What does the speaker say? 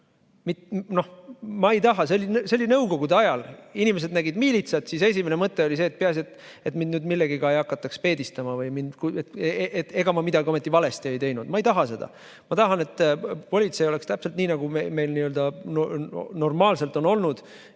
ma ei taha. See oli nõukogude ajal nii, et kui inimesed nägid miilitsat, siis esimene mõte oli see, et peaasi, et mind nüüd mitte millegagi ei hakataks peedistama või et ega ma midagi ometi valesti ei teinud. Ma ei taha seda. Ma tahan, et oleks täpselt nii, nagu meil n‑ö normaalselt on olnud